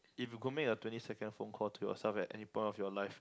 if you could make a twenty second phone call to yourself at any point of your life